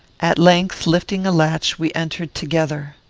at length, lifting a latch, we entered together.